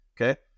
okay